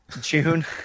june